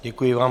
Děkuji vám.